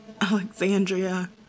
Alexandria